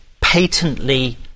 patently